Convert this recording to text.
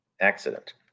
accident